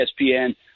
ESPN